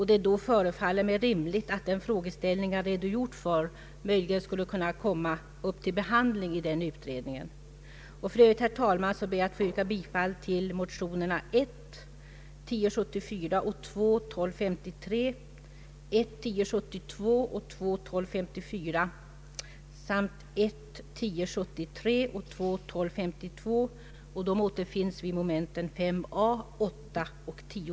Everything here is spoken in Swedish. Det förefaller mig rimligt att den frågeställning jag här redogjort för skulle kunna tas upp till behandling i det sammanhanget. För övrigt ber jag, herr talman, att få yrka bifall till motionerna I1:1074 och II: 1253, I: 1072 och II: 1254 samt 1: 1073 och II: 1252. Dessa återfinns vid punkterna 5a, 8 och 10c.